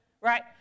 right